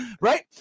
right